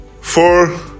Four